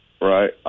Right